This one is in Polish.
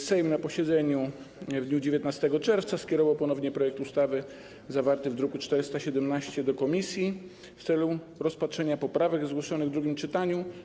Sejm na posiedzeniu w dniu 19 czerwca skierował ponownie projekt ustawy zawarty w druku nr 417 do komisji w celu rozpatrzenia poprawek zgłoszonych w drugim czytaniu.